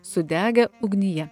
sudegę ugnyje